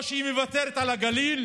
או שהיא מוותרת על הגליל,